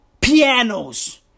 Pianos